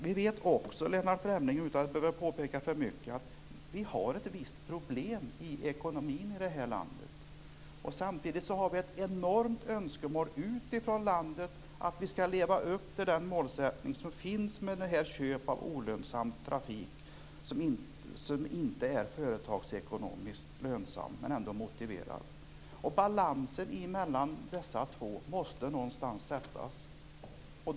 Vi vet också, Lennart Fremling, utan att jag påpekar för mycket, att vi har ett visst problem i ekonomin i det här landet. Samtidigt har vi enorma önskemål utifrån landet om att vi skall leva upp till den målsättning som finns när det gäller köp av olönsam trafik, dvs. som inte är företagsekonomiskt lönsam men ändå motiverad. Balansen mellan dessa två måste sättas någonstans.